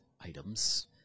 items